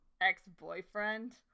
ex-boyfriend